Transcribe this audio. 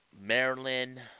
Maryland